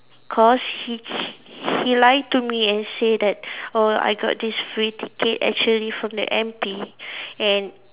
cause he he lied to me and said that oh I got this free ticket actually from the M_P and